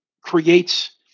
creates